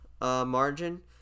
margin